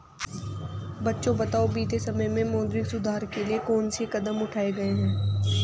बच्चों बताओ बीते समय में मौद्रिक सुधार के लिए कौन से कदम उठाऐ गए है?